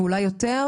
ואולי יותר,